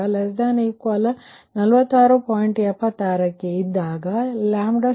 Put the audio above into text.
76ಕ್ಕೆ ಇದ್ದಾಗ λ0